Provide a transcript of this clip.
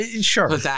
Sure